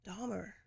Dahmer